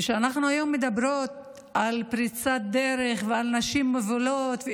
כשאנחנו היום מדברות על פריצת דרך ועל נשים מובילות,